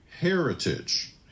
Heritage